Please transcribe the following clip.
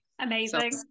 Amazing